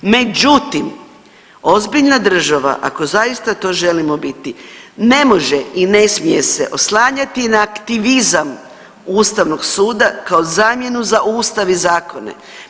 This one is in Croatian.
Međutim, ozbiljna država ako zaista to želimo biti ne može i ne smije se oslanjati na aktivizam Ustavnog suda kao zamjenu za Ustav i zakone.